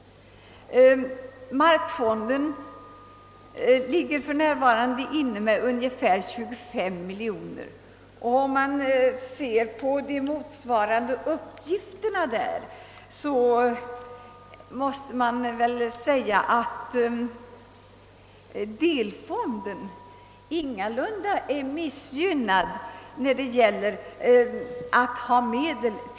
I markfonden finns för närvarande ungefär 25 miljoner kronor. Ser man på fondernas uppgifter, måste man väl säga att delfonden ingalunda är missgynnad i fråga om medel.